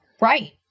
right